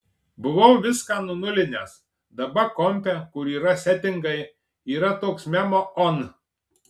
buvau viską nunulinęs daba kompe kur yra setingai yra toks memo on